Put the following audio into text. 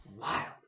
Wild